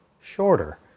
shorter